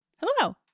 Hello